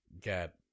get